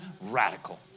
radical